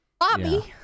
Bobby